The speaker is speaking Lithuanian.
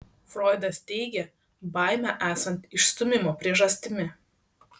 froidas teigia baimę esant išstūmimo priežastimi